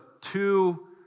two